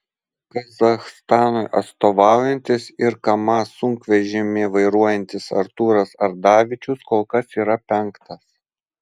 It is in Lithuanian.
kazachstanui atstovaujantis ir kamaz sunkvežimį vairuojantis artūras ardavičius kol kas yra penktas